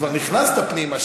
כבר נכנסת פנימה,